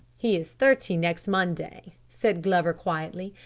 he is thirty next monday, said glover quietly,